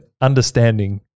understanding